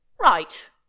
right